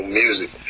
music